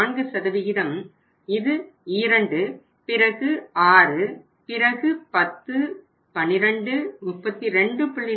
4 இது 2 பிறகு 6 பிறகு 10 12 32